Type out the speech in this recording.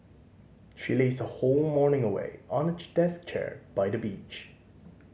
she lazed her whole morning away on a deck chair by the beach